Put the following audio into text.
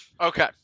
Okay